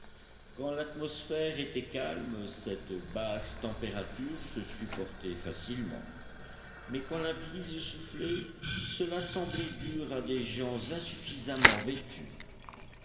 quand l'atmosphère était calme cette basse température se supportait facilement mais quand la bise soufflait cela semblait dur à des gens insuffisamment vêtus